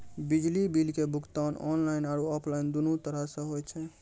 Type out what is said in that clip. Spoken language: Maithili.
बिजली बिल के भुगतान आनलाइन आरु आफलाइन दुनू तरहो से होय छै